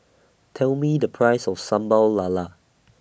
Tell Me The Price of Sambal Lala